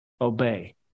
Obey